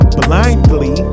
blindly